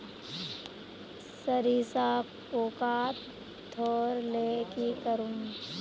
सरिसा पूका धोर ले की करूम?